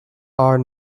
are